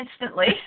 instantly